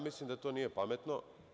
Mislim da to nije pametno.